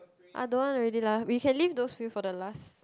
I don't want already lah we can leave those few for the lasts